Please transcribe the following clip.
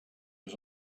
his